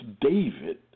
David